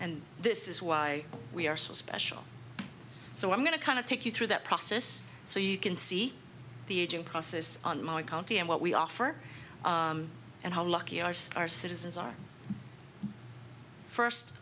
and this is why we are so special so i'm going to kind of take you through that process so you can see the aging process on my county and what we offer and how lucky you are so our citizens are first